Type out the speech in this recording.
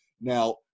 Now